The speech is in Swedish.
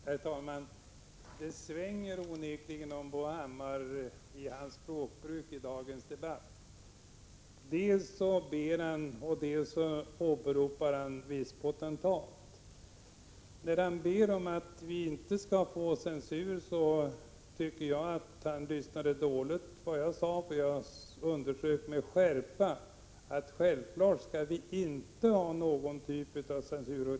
Herr talman! Det svänger onekligen om Bo Hammars språkbruk i dagens debatt. Dels ber han, dels åberopar han en viss potentat. Han bad om att vi inte skulle inför censur: Jag tycker då att han lyssnade dåligt på vad jag sade. Jag underströk nämligen med skärpa att vi självfallet inte skall ha någon typ av censur.